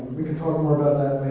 we can talk more about